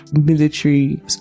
military